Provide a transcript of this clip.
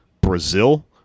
Brazil